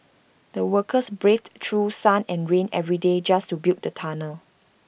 the workers braved through sun and rain every day just to build the tunnel